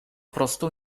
prostu